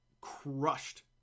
crushed